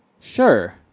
Sure